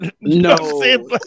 No